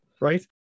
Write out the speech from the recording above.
Right